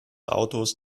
autos